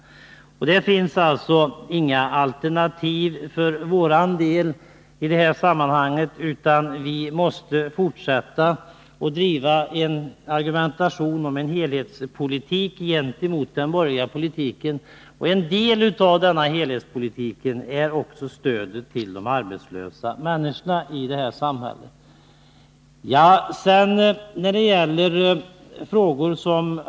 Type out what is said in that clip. I detta sammanhang finns det alltså inga alternativ för vår del, utan vi måste fortsätta att argumentera för en helhetspolitik gentemot den borgerliga politiken. Stödet till de arbetslösa människorna i samhället är en del av denna helhetspolitik.